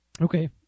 Okay